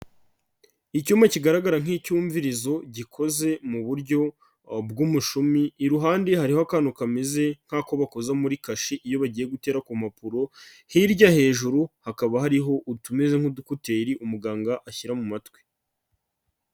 Icyuma kigaragara nk'icyumvirizo gikoze mu buryo bw'umushumi, iruhande hariho akantu kameze nk'ako bakoza muri kashi iyo bagiye gutera ku mpapuro, hirya hejuru hakaba hariho utumeze nk'udukuteri umuganga ashyira mu matwi.